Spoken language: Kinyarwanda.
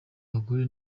abagore